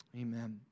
Amen